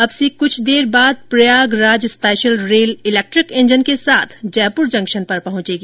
अब से कुछ देर बाद Prayagraj special rail electric engine के साथ जयपुर जंक्शन पर पहुंचेगी